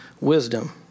wisdom